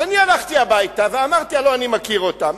הלכתי הביתה ואמרתי: הלוא אני מכיר אותם,